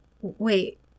wait